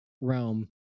realm